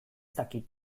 dakit